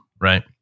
right